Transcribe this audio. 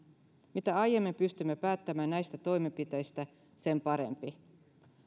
mitä aiemmin pystymme päättämään näistä toimenpiteistä sen parempi